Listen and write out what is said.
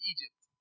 Egypt